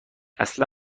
اصلا